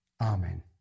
Amen